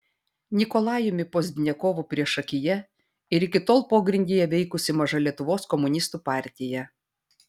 nikolajumi pozdniakovu priešakyje ir iki tol pogrindyje veikusi maža lietuvos komunistų partija